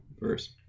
first